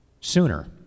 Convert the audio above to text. sooner